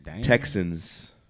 Texans